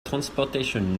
transportation